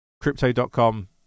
crypto.com